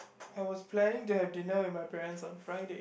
I was planning to have dinner with my parents on Friday